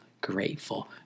grateful